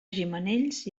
gimenells